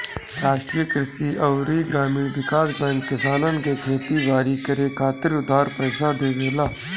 राष्ट्रीय कृषि अउरी ग्रामीण विकास बैंक किसानन के खेती बारी करे खातिर उधार पईसा देवेला